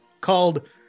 called